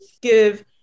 give